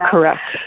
Correct